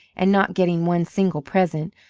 and not getting one single present,